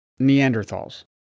Neanderthals